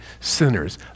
sinners